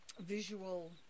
visual